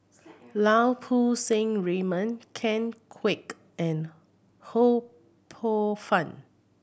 Lau Poo Seng Raymond Ken Kwek and Ho Poh Fun